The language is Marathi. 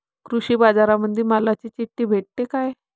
कृषीबाजारामंदी मालाची चिट्ठी भेटते काय?